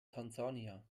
tansania